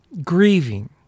grieving